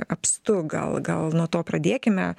apstu gal gal nuo to pradėkime